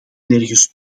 nergens